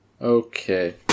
Okay